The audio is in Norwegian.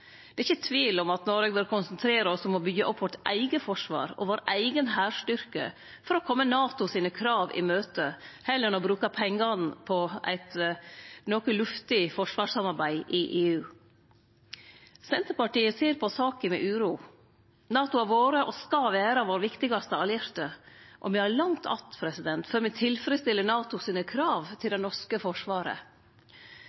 Det er ikkje tvil om at me i Noreg bør konsentrere oss om å byggje opp vårt eige forsvar og vår eigen hærstyrke for å kome NATOs krav i møte – heller enn å bruke pengane på eit noko luftig forsvarssamarbeid i EU. Senterpartiet ser på saka med uro. NATO har vore og skal vere vår viktigaste allierte. Me har langt att før me tilfredsstiller NATOs krav til